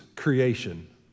creation